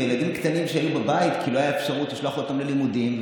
עם ילדים קטנים שהיו בבית כי לא הייתה אפשרות לשלוח אותם ללימודים.